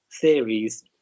theories